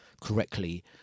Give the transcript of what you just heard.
correctly